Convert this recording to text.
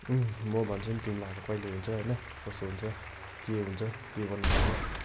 म भन्छु नि तिमीलाई अब कहिले हुन्छ होइन कसो हुन्छ के हुन्छ के गर्नुपर्ने